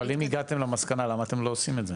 אבל אם הגעתם למסקנה, למה אתם לא עושים את זה?